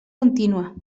contínua